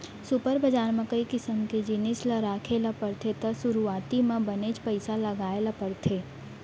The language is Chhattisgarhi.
सुपर बजार म कई किसम के जिनिस ल राखे ल परथे त सुरूवाती म बनेच पइसा लगाय ल परथे